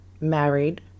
married